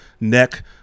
neck